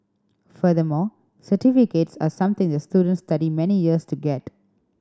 furthermore certificates are something that students study many years to get